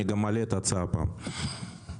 אעלה את ההצעה גם בכנסת זו.